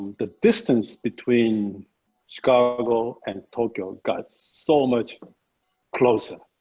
the distance between chicago and tokyo, got so much closer.